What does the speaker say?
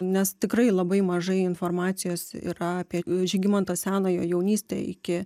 nes tikrai labai mažai informacijos yra apie žygimanto senojo jaunystę iki